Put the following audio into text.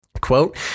Quote